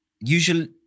usually